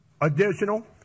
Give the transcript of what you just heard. additional